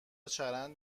چرند